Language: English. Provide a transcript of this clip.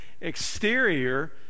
exterior